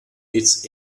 its